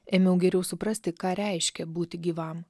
ėmiau geriau suprasti ką reiškia būti gyvam